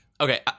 okay